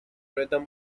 rhythm